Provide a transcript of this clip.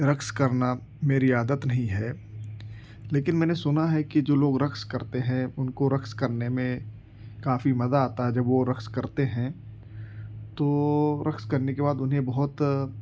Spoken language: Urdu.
رقص کرنا میری عادت نہیں ہے لیکن میں نے سنا ہے کہ جو لوگ رقص کرتے ہیں ان کو رقص کرنے میں کافی مزا آتا ہے جب وہ رقص کرتے ہیں تو رقص کرنے کے بعد انہیں بہت